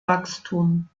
wachstum